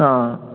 অঁ